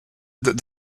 that